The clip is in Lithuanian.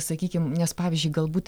sakykim nes pavyzdžiui galbūt